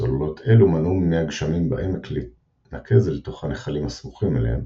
סוללות אלו מנעו ממי הגשמים בעמק להתנקז אל תוך הנחלים הסמוכים אליהם,